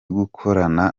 gukorana